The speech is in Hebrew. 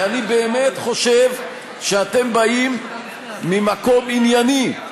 כי אני באמת חושב שאתם באים ממקום ענייני,